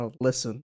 listen